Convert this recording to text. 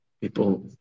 People